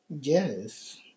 Yes